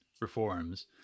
reforms